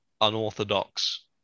unorthodox